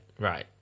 Right